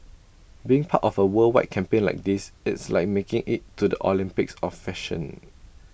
being part of A worldwide campaign like this it's like making IT to the Olympics of fashion